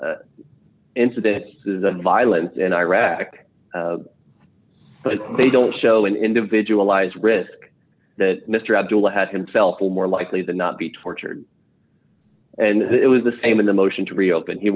are incidents of violence in iraq but they don't show an individualized risk that mr abdul has himself will more likely than not be tortured and it was the same in the motion to reopen he